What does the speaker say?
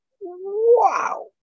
wow